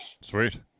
Sweet